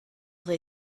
they